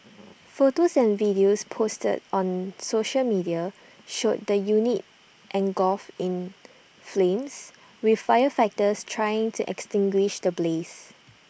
photos and videos posted on social media showed the unit engulfed in flames with firefighters trying to extinguish the blaze